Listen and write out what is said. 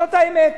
זאת האמת.